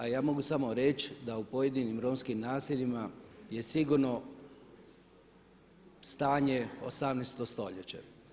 A ja mogu samo reći da u pojedinim romskim naseljima je sigurno stanje 18 stoljeće.